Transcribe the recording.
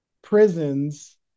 prisons